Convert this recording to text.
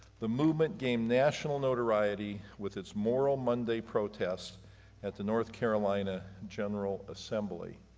the movement gained national notoriety with its moral monday protest at the north carolina general assembly.